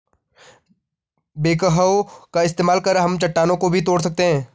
backhoe का इस्तेमाल कर हम चट्टानों को भी तोड़ सकते हैं